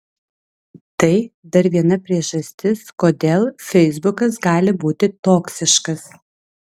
tai dar viena priežastis kodėl feisbukas gali būti toksiškas